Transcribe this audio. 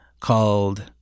called